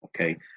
Okay